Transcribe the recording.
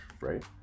right